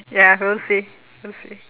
ya we'll see we'll see